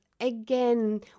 again